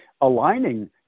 aligning